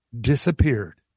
disappeared